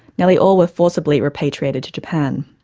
nearly all were forcibly repatriated to japan.